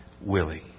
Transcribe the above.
willing